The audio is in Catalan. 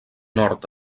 nord